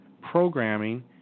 programming